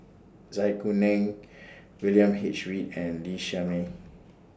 Zai Kuning William H Read and Lee Shermay